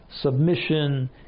submission